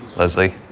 leslie.